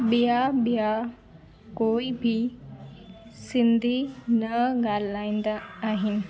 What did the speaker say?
ॿियां ॿियां कोई बि सिंधी न ॻाल्हाईंदा आहिनि